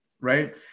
right